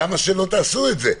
למה שלא תעשה את זה?